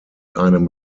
einem